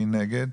מי נגד?